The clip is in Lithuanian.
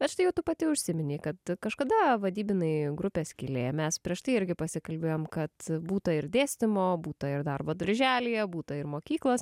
bet štai jau tu pati užsiminei kad kažkada vadybinai grupę skylė mes prieš tai irgi pasikalbėjom kad būta ir dėstymo būta ir darbo darželyje būta ir mokyklos